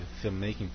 filmmaking